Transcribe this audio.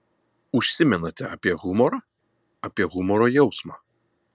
užsimenate apie humorą apie humoro jausmą